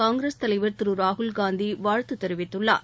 காங்கிரஸ் தலைவர் திரு ராகுல்காந்தி வாழ்த்து தெரிவித்துள்ளார்